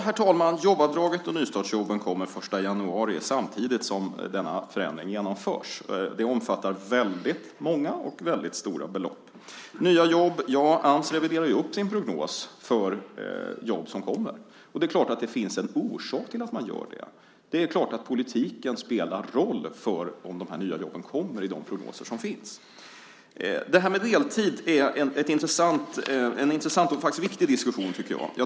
Herr talman! Jobbavdraget och nystartsjobben kommer den 1 januari samtidigt som denna förändring genomförs. Det omfattar väldigt många och stora belopp. Ams reviderar ju upp sin prognos för jobb som kommer. Det är klart att det finns en orsak till att man gör det. Politiken spelar naturligtvis en roll för om de nya jobben kommer i de prognoser som finns. Frågan om deltid är en intressant och viktig diskussion.